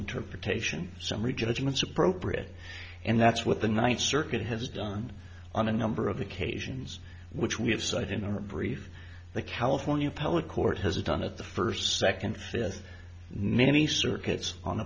interpretation summary judgments appropriate and that's what the ninth circuit has done on a number of occasions which we have cited in our brief the california public court has done it the first second fifth many circuits on